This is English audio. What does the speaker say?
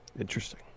Interesting